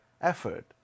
effort